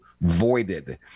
voided